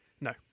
No